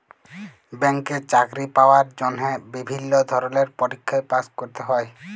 ব্যাংকে চাকরি পাওয়ার জন্হে বিভিল্য ধরলের পরীক্ষায় পাস্ ক্যরতে হ্যয়